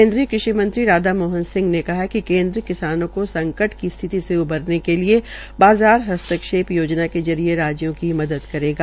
केन्द्रीय कृषि मंत्री राधा मोहन ने कहा है कि केन्द्र किसानों को संकट की स्थिति से उबरने के लिये बाज़ार हस्ताक्षेप योजना के जरिये राज्यों की मदद करेगा